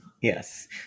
yes